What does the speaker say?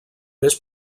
més